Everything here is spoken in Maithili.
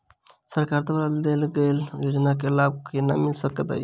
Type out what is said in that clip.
सरकार द्वारा देल गेल योजना केँ लाभ केना मिल सकेंत अई?